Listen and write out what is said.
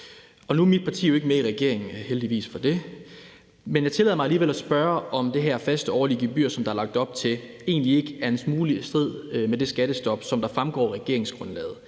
Nu er mit parti jo ikke med i regeringen, og heldigvis for det, men jeg tillader mig alligevel at spørge, om det her faste årlige gebyr, som der er lagt op til, egentlig ikke er en smule i strid med det skattestop, som fremgår af regeringsgrundlaget.